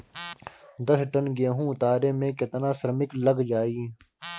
दस टन गेहूं उतारे में केतना श्रमिक लग जाई?